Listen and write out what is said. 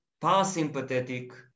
Parasympathetic